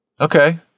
Okay